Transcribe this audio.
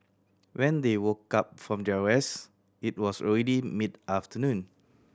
when they woke up from their rest it was already mid afternoon